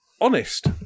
honest